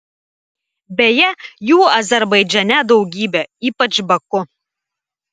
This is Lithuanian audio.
beje jų azerbaidžane daugybė ypač baku